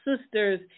sisters